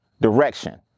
direction